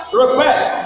request